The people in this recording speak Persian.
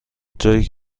جایی